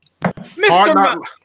Mr